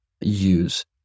use